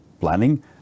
planning